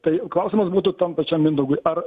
tai klausimas būtų tam pačiam mindaugui ar